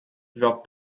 dropped